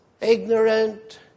Ignorant